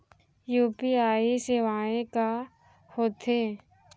UPI सेवाएं का होथे?